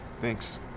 Thanks